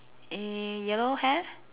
err yellow hair